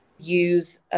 use